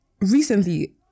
recently